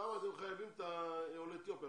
שם אתם חייבים את עולי אתיופיה,